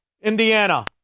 Indiana